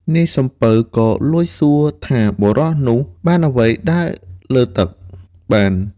នាយសំពៅក៏លួចសួរថាបុរសនោះបានអ្វីដើរលើទឹកបាន។